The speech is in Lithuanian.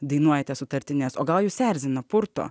dainuojate sutartines o gal jus erzina purto